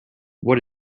what